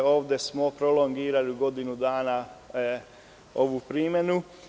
Ovde smo prolongirali godinu dana ovu primenu.